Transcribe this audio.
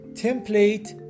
template